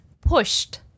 pushed